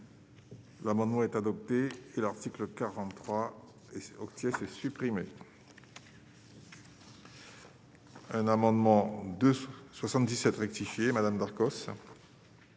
L'amendement est adopté et l'article 43 et c'est au c'est supprimé. Un amendement 277 rectifié Madame Marcos.